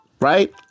right